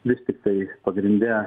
vis tiktai pagrinde